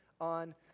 on